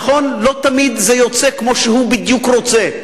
נכון, לא תמיד זה יוצא כמו שהוא בדיוק רוצה.